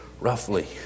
roughly